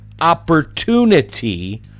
opportunity